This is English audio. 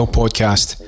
podcast